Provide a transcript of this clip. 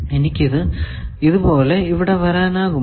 എനിക്ക് ഇത് പോലെ ഇവിടെ വരാനാകുമോ